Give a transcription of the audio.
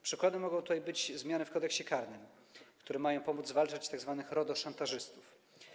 Przykładem mogą być zmiany w Kodeksie karnym, które mają pomóc zwalczać tzw. RODO szantażystów.